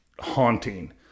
haunting